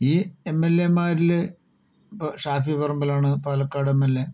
ഈ എംഎൽഎമാരിൽ ഇപ്പോൾ ഷാഫി പറമ്പിൽ ആണ് പാലക്കാട് എം എൽ എ